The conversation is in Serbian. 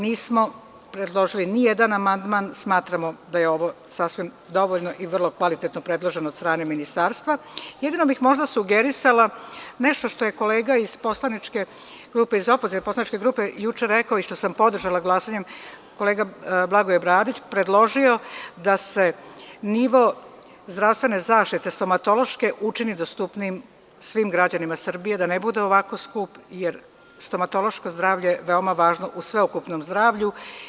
Nismo predložili nijedan amandman i smatramo da je ovo dovoljno i vrlo korektno od strane Ministarstva, a jedino bih možda sugerisala nešto što je kolega iz poslaničke grupe rekao, iz opozicione i što sam podržala i što sam glasala, kolega Blagoje Bradić, predložio je da se nivo zdravstvene zaštite, stomatološke učini dostupnijim svim građanima Srbije, da ne bude ovako skup, jer stomatološko zdravlje je veoma važno u sveukupnom zdravlju.